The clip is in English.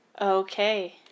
Okay